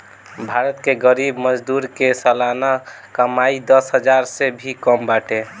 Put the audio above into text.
भारत के गरीब मजदूरन के सलाना कमाई दस हजार से भी कम बाटे